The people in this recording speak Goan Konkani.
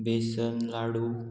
बेसन लाडू